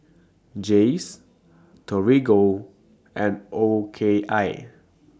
Jays Torigo and O K I